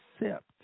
accept